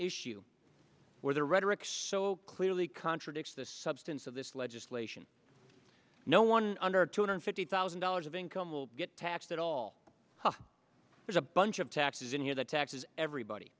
issue where the rhetoric so clearly contradicts the substance of this legislation no one under two hundred fifty thousand dollars of income will get taxed at all there's a bunch of taxes in here that taxes everybody